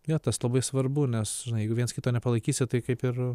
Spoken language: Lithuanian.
ne tas labai svarbu nes jeigu viens kito nepalaikysi tai kaip ir